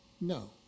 No